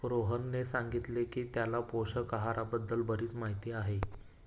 रोहनने सांगितले की त्याला पोषक आहाराबद्दल बरीच माहिती आहे